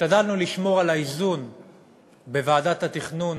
השתדלנו לשמור על האיזון בוועדת התכנון,